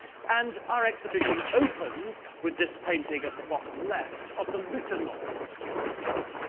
and our exhibition opens with this painting at the bottom left of the lieutenance at honfleur,